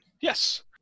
Yes